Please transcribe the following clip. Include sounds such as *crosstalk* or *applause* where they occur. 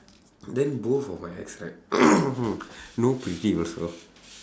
then both of my ex right *coughs* no pretty also